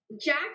Jack